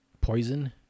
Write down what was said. poison